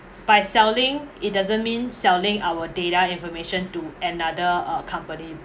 by selling it doesn't mean selling our data information to another uh company